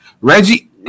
Reggie